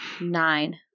Nine